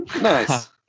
Nice